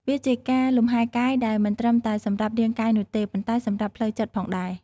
វាជាការលំហែកាយដែលមិនត្រឹមតែសម្រាប់រាងកាយនោះទេ ប៉ុន្តែសម្រាប់ផ្លូវចិត្តផងដែរ។